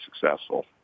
successful